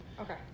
Okay